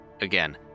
Again